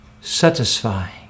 satisfying